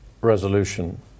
Resolution